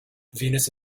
venus